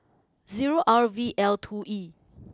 zero R V L two E